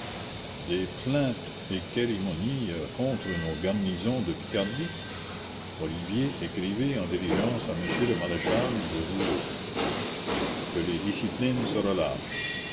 des plaintes et quérimonies contre nos garnisons de picardie olivier écrivez en diligence à monsieur le maréchal de rouault que les disciplines se relâchent